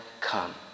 come